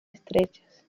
estrechas